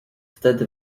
wtedy